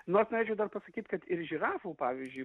nuo aš norėčiau dar pasakyt kad ir žirafų pavyzdžiui